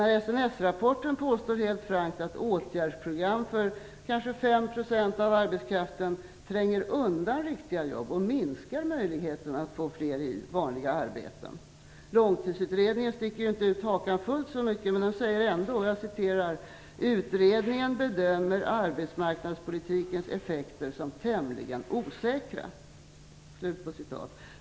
I SNS-rapporten påstås det helt frankt att åtgärdsprogram för kanske 5 % av arbetskraften tränger undan riktiga jobb och minskar möjligheterna att få fler i vanliga arbeten. I Långtidsutredningen sticker man inte ut hakan fullt så mycket, men man säger ändå: "Utredningen bedömer arbetsmarknadspolitikens effekter som tämligen osäkra."